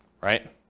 right